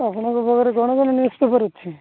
ଆପଣଙ୍କ ପାଖରେ କଣ କଣ ନ୍ୟୁଜ୍ପେପର୍ ଅଛି